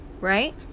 Right